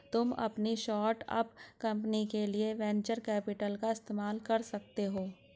तुम अपनी start up company के लिए वेन्चर कैपिटल का इस्तेमाल कर सकते हो